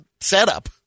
setup